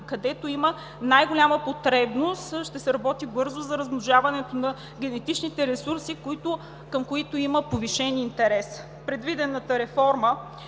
където има най-голяма потребност. Ще се работи бързо за размножаването на генетичните ресурси, към които имат повишен интерес. Предвидената реформа